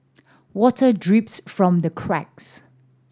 water drips from the cracks